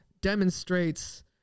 demonstrates